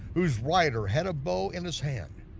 whose rider had a bow in his hand.